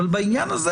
אבל בעניין הזה,